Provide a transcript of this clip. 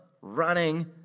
running